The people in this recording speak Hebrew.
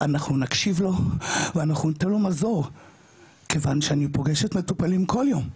אנחנו נקשיב לו ואנחנו ניתן לו מזור כיוון שאני פוגשת מטופלים כל יום,